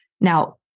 Now